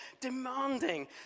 demanding